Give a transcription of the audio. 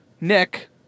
Nick